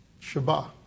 Shabbat